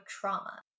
trauma